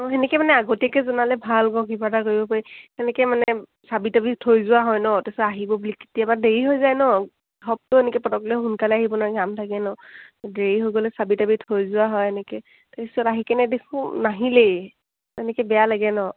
অঁ সেনেকৈ মানে আগতীয়াকৈ জনালে ভাল আকৌ কিবা এটা কৰিব পাৰি সেনেকৈ মানে চাবি তাবি থৈ যোৱা হয় ন তাৰপিছত আহিব বুলি কেতিয়াবা দেৰি হৈ যায় ন চবটো এনেকৈ পটককলে সোনকালে আহিব নোৱাৰে কাম থাকে ন দেৰি হৈ গ'লে চাবি তাবি থৈ যোৱা হয় এনেকৈ তাৰপিছত আহি কেনে দেখোঁ নাহিলেই এনেকৈ বেয়া লাগে ন